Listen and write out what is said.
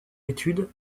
étude